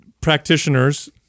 practitioners